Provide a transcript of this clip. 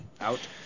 Out